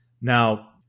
Now